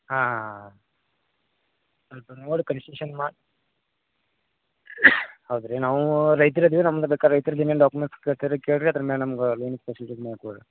ಹಾಂ ಹಾಂ ಹಾಂ ಹಾಂ ಸ್ವಲ್ಪ ನೋಡಿ ಕನ್ಸೆಷನ್ ಮಾಡಿ ಹೌದು ರೀ ನಾವು ರೈತ್ರು ಇದೀವಿ ನಮ್ಗೆ ಅದಕ್ಕೆ ರೈತ್ರದ್ದು ಏನೇನು ಡಾಕ್ಯುಮೆಂಟ್ಸ್ ಕೇಳ್ತೀರಿ ಕೇಳಿರಿ ಅದ್ರ ಮೇಲೆ ನಮ್ಗೆ ಲೋನಿಗೆ ಪ್ರೊಸಿಜರ್ ಮಾಡಿಕೊಡ್ರಿ